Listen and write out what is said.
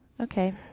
Okay